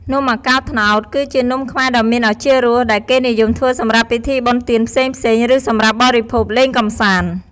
នំអាកោរត្នោត គឺជានំខ្មែរដ៏មានឱជារស ដែលគេនិយមធ្វើសម្រាប់ពិធីបុណ្យទានផ្សេងៗ ឬសម្រាប់បរិភោគលេងកម្សាន្ត។